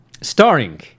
starring